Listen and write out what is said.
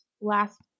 last